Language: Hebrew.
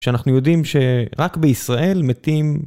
שאנחנו יודעים שרק בישראל מתים...